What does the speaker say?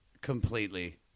completely